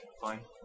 Fine